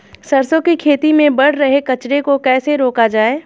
सरसों की खेती में बढ़ रहे कचरे को कैसे रोका जाए?